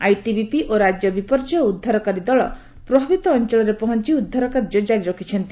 ITBP ଓ ରାଜ୍ୟ ବିପର୍ଯ୍ୟୟ ଉଦ୍ଧାରକାରୀ ଦଳ ପ୍ରଭାବିତ ଅଞ୍ଚଳରେ ପହଞ୍ଚ ଉଦ୍ଧାର କାର୍ଯ୍ୟ କାରି ରଖିଛନ୍ତି